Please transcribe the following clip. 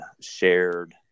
shared